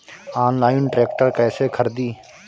Online tractor कैसे खरदी?